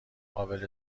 قابل